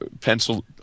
pencil